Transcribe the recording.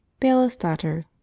bailiff's daughter